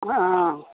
ಹಾಂ